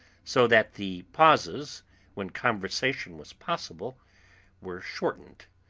so that the pauses when conversation was possible were shortened.